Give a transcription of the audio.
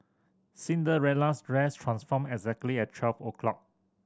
Cinderella's dress transformed exactly at twelve o' clock